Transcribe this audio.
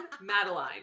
Madeline